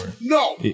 No